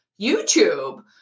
YouTube